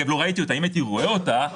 יש בעל עסק שרוצה ללכת איתכם לבתי משפט?